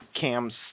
Cam's